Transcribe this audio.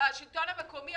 השלטון המקומי,